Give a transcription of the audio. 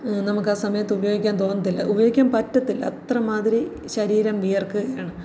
നമുക്കാ സമയത്ത് ഉപയോഗിക്കാൻ തോന്നില്ല ഉപയോഗിക്കാൻ പറ്റില്ല അത്ര മാതിരി ശരീരം വിയർക്കുകയാണ്